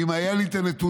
ואם היו לי הנתונים